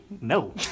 No